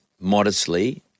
modestly